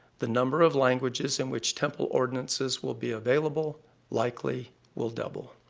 the number of languages in which temple ordinances will be available likely will double.